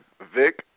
Vic